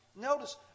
Notice